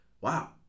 wow